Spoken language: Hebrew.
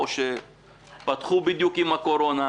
או שפתחו בדיוק עם הקורונה.